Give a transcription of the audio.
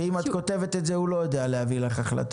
שאם את כותבת את זה הוא לא יודע להביא לך החלטה.